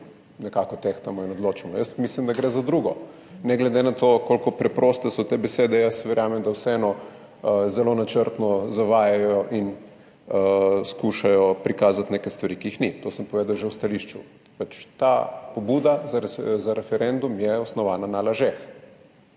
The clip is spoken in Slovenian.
nekako tehtamo in se odločamo. Jaz mislim, da gre za drugo. Ne glede na to, kako preproste so te besede, jaz verjamem, da vseeno zelo načrtno zavajajo in skušajo prikazati neke stvari, ki jih ni, to sem povedal že v stališču. Ta pobuda za referendum je osnovana na lažeh,